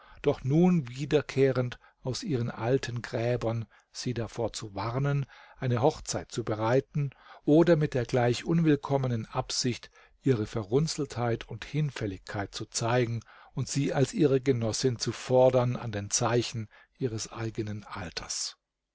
doch nun wiederkehrend aus ihren alten gräbern sie davor zu warnen eine hochzeit zu bereiten oder mit der gleich unwillkommenen absicht ihre verrunzeltheit und hinfälligkeit zu zeigen und sie als ihre genossin zu fordern an den zeichen ihres eigenen alters